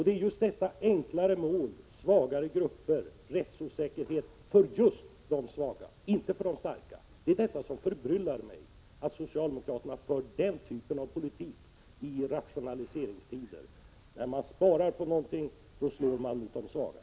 Detta förslag rörande enklare mål medför rättsosäkerhet för de svaga grupperna och inte för de starka. Det förbryllar mig att socialdemokraterna för den typen av politik i rationaliseringstider. När man sparar, slår man mot de svaga.